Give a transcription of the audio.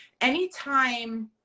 anytime